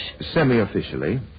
Semi-officially